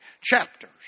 chapters